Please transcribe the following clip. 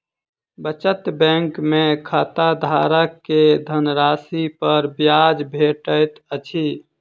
बचत बैंक में खाताधारक के धनराशि पर ब्याज भेटैत अछि